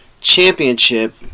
championship